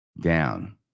down